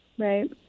Right